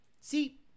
See